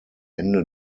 ende